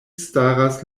staras